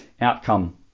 outcome